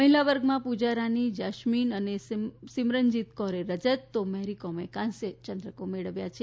મહિલા વર્ગમાં પૂજા રાની જૈસ્મીન અને સિમનરજીત કૌરે રજત અને મેરી કોમે કાંસ્ય ચંદ્રકો મેળવ્યા છે